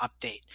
update